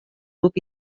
grup